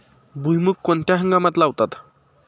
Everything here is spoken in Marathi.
भुईमूग कोणत्या हंगामात लावतात?